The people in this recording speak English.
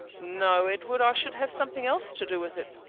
no, edward, i should have something else to do with it.